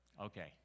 Okay